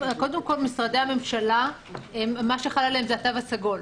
קודם כול, מה שחל על משרדי הממשלה זה התו הסגול.